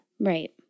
Right